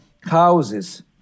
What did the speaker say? houses